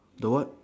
the what